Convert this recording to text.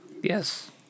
Yes